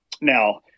now